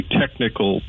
technical